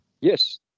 Yes